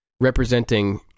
Representing